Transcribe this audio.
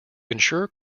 ensure